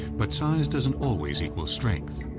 but size doesn't always equal strength.